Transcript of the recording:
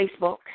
Facebook